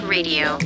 Radio